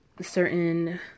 certain